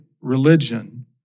religion